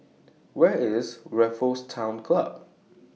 Where IS Raffles Town Club